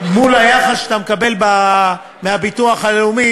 מול היחס שאתה מקבל מהביטוח הלאומי,